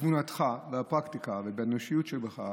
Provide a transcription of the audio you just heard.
בתבונתך ובפרקטיקה ובאנושיות שבך,